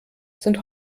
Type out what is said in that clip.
sind